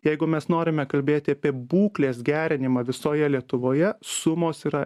jeigu mes norime kalbėti apie būklės gerinimą visoje lietuvoje sumos yra